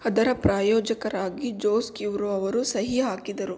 ಅದರ ಪ್ರಾಯೋಜಕರಾಗಿ ಜೋಸ್ ಕ್ಯೂರೊ ಅವರು ಸಹಿ ಹಾಕಿದರು